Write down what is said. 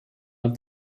love